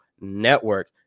network